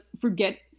forget